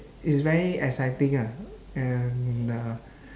it's very exciting ya and uh